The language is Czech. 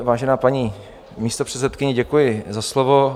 Vážená paní místopředsedkyně, děkuji za slovo.